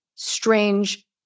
strange